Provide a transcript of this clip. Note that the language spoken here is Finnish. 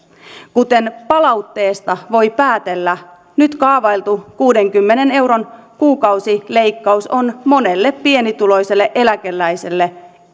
kuten palautteesta voi päätellä nyt kaavailtu kuudenkymmenen euron kuukausileikkaus on monelle pienituloiselle eläkeläiselle